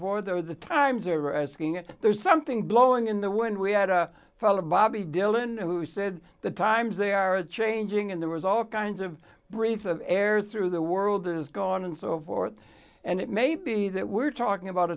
there are the times they're asking it there's something blowing in the wind we had a fall of bobby dylan who said the times they are a changing and there was all kinds of breath of air through the world is gone and so forth and it may be that we're talking about